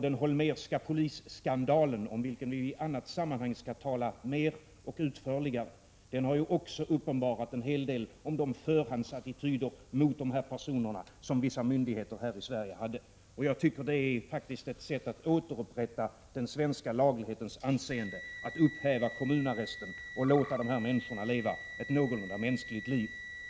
Den Holmérska polisskandalen, om vilken vi i annat sammanhang skall tala mer och utförligare, har uppenbarat en hel del om de förhandsattityder mot dessa personer som vissa myndigheter i Sverige hade. Jag tycker att ett sätt att återupprätta den svenska laglighetens anseende vore att upphäva kommunarresten och låta de här människorna leva ett någorlunda mänskligt liv.